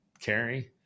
carry